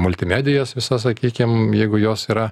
multimedijas visas sakykim jeigu jos yra